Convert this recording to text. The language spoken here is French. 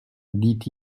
dit